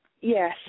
Yes